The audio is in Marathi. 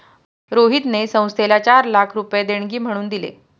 रोहितने संस्थेला चार लाख रुपये देणगी म्हणून दिले